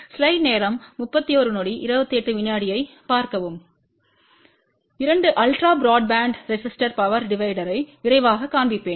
slide நேரம் 3128 ஐப் பார்க்கவும் 2 அல்ட்ரா பிராட்பேண்ட் ரெசிஸ்டோர் பவர் டிவைடர்யும் விரைவாகக் காண்பிப்பேன்